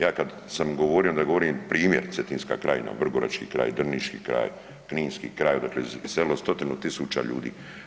Ja kad sam govorio onda govorim primjer Cetinska krajina, Vrgorački kraj, Drniški kraj, Kninski kraj odakle je iselilo stotinu tisuća ljudi.